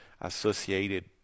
Associated